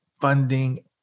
funding